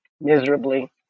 miserably